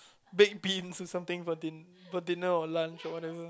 baked beans or something for din~ for dinner or lunch or whatever